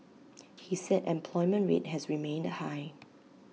he said employment rate has remained high